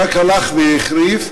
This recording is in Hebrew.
הוא רק הלך והחריף,